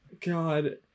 God